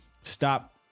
stop